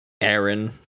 Aaron